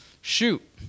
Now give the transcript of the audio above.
shoot